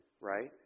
right